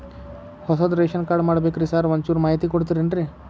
ಹೊಸದ್ ration card ಮಾಡ್ಬೇಕ್ರಿ sir ಒಂಚೂರ್ ಮಾಹಿತಿ ಕೊಡ್ತೇರೆನ್ರಿ?